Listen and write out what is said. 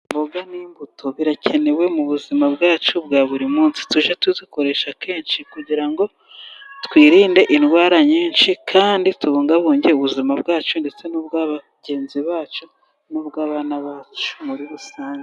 Imboga n'imbuto birakenewe mu buzima bwacu bwa buri munsi. Tujye tuzikoresha kenshi kugira ngo twirinde indwara nyinshi, kandi tubungabunge ubuzima bwacu ndetse n'ubwa bagenzi bacu n'ubw'abana bacu muri rusange.